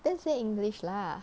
then say english lah